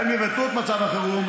גם אם יבטלו את מצב החירום,